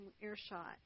earshot